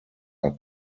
are